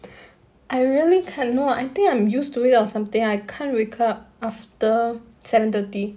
I really cannot I think I'm used to it or something I can't wake up after seven thirty